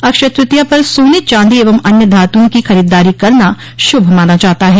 अक्षय तृतीया पर सोने चांदी एवं अन्य धात्ओं की खरीददारी करना श्भ माना जाता है